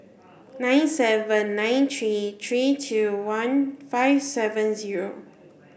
nine seven nine three three two one five seven zero